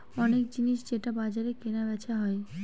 অনেক জিনিস যেটা বাজারে কেনা বেচা হয়